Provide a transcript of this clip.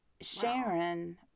sharon